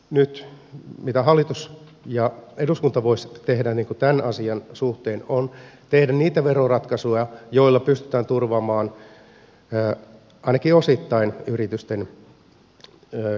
nyt se mitä hallitus ja eduskunta voisivat tehdä tämän asian suhteen on tehdä niitä veroratkaisuja joilla pystytään turvaamaan ainakin osittain yritysten käyttöpääomatarvetta